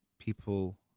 people